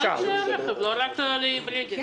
על כלל כלי הרכב, לא רק על היברידיים.